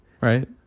right